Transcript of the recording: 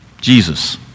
Jesus